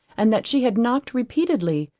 and that she had knocked repeatedly,